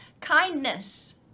Kindness